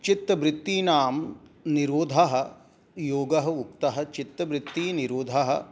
चित्तवृत्तीनां निरोधः योगः उक्तः चित्तवृत्तिनिरोधः